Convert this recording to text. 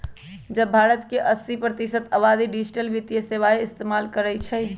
अब भारत के अस्सी प्रतिशत आबादी डिजिटल वित्तीय सेवाएं इस्तेमाल करई छई